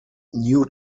new